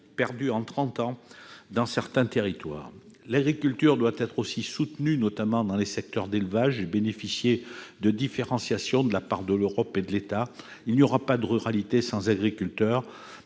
perdus en trente ans dans certains territoires. L'agriculture aussi doit être soutenue, notamment dans les secteurs d'élevage, et bénéficier de différenciations de la part de l'Europe et de l'État. Il n'y aura pas de ruralité sans agriculteurs